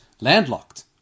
landlocked